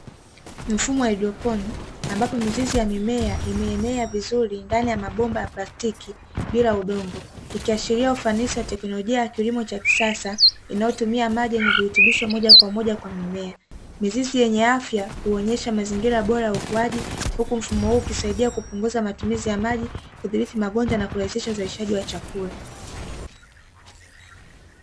Mifumo wa haydropon ambapo mizizi ya mimea imeenea vizuri ndani ya mabomba ya plastiki, bila udongo ikiashiria ufanisi wa teknolojia wa kilimo cha kisasa inayotumia maji yenye virutubisho moja kwa moja kwa mimea, mizizi yenye afya kuonyesha mazingira bora ya ukuaji, huku mfumo huu ukisaidia kupunguza matumizi ya maji kudhibiti magonjwa na kurejesha uzalishaji wa chakula